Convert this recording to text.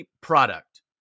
product